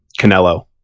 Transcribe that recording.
Canelo